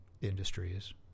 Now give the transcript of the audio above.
Industries